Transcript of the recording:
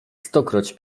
stokroć